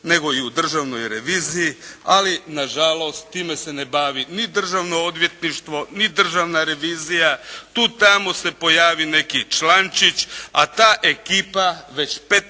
nego i u Državnoj reviziji. Ali nažalost time se ne bavi ni Državno odvjetništvo ni Državna revizija. Tu i tamo se pojavi neki člančić. A ta ekipa već 15